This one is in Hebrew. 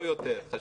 לא יותר.